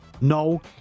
No